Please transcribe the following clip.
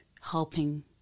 helping